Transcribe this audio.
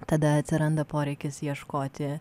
tada atsiranda poreikis ieškoti